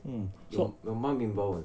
hmm so